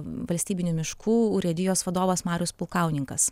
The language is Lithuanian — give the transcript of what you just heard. valstybinių miškų urėdijos vadovas marius pulkauninkas